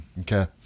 Okay